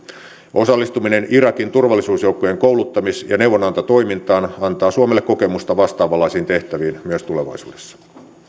osallistuminen irakin turvallisuusjoukkojen kouluttamis ja neuvonantotoimintaan antaa suomelle kokemusta vastaavanlaisiin tehtäviin myös tulevaisuudessa